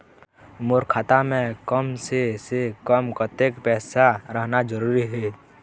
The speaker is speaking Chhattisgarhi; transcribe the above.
मोर खाता मे कम से से कम कतेक पैसा रहना जरूरी हे?